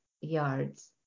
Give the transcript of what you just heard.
yards